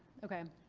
okay.